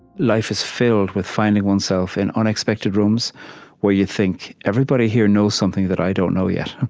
life is filled with finding oneself in unexpected rooms where you think, everybody here knows something that i don't know yet.